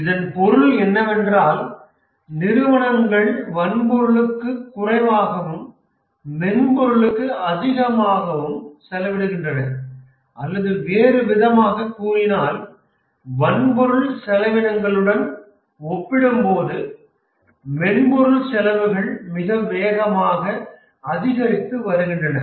இதன் பொருள் என்னவென்றால் நிறுவனங்கள் வன்பொருளுக்கு குறைவாகவும் மென்பொருளுக்கு அதிகமாகவும் செலவிடுகின்றன அல்லது வேறுவிதமாகக் கூறினால் வன்பொருள் செலவினங்களுடன் ஒப்பிடும்போது மென்பொருள் செலவுகள் மிக வேகமாக அதிகரித்து வருகின்றன